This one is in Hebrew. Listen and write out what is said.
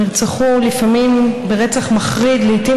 נרצחו לפעמים ברצח מחריד, לעיתים